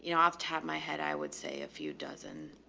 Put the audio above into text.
you know off top my head, i would say a few dozen,